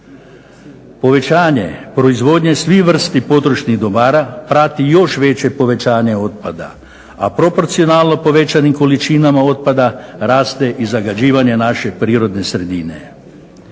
Povećanje proizvodnje svih vrsti potrošnih dobara prati još veće povećanje otpada, a proporcionalno povećanim količinama otpada raste i zagađivanja naše prirodne sredine.